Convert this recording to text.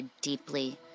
deeply